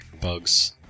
bugs